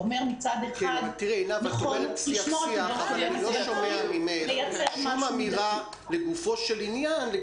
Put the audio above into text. את מדברת על שיח אבל אני לא שומע ממך שום אמירה לגופו של עניין.